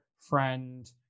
friend